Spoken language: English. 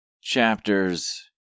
Chapters